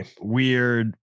weird